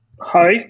Hi